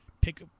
pick